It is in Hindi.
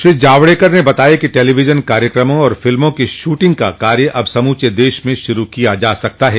श्री जावड़ेकर ने बताया कि टेलीविजन कार्यक्रमों और फिल्मों की शूटिंग का कार्य अब समूचे देश म शुरू किया जा सकता है